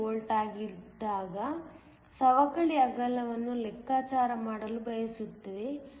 5 ವೋಲ್ಟ್ಗಳಾಗಿದ್ದಾಗ ಸವಕಳಿ ಅಗಲವನ್ನು ಲೆಕ್ಕಾಚಾರ ಮಾಡಲು ಬಯಸುತ್ತದೆ